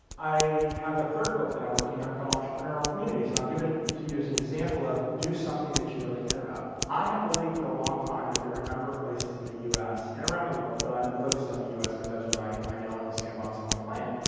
i have a third book that i'm working on called entrepreneurial communities and i'll give it it to you as an example of, do something that you really care about. i have believed for a long time that there are a number of places in the u s. and around the world, but i'm focused on the u s. because that's what i i know and the sandbox i want to plan,